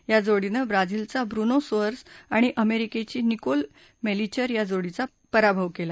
या जोडीनं ब्राझीलचा ब्रूनो सोअर्सं आणि अमेरिकेची निकोल मेलीचर या जोडीचा पराभव केला